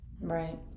right